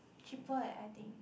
cheaper eh I think